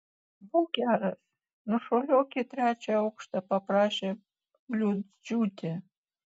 būk geras nušuoliuok į trečią aukštą paprašė bliūdžiūtė